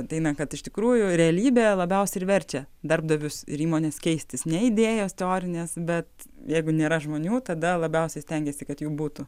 ateina kad iš tikrųjų realybė labiausiai ir verčia darbdavius ir įmones keistis ne idėjas teorinės bet jeigu nėra žmonių tada labiausiai stengiasi kad jų būtų